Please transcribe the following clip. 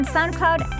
SoundCloud